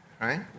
right